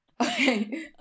Okay